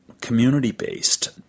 community-based